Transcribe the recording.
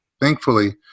Thankfully